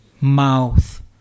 mouth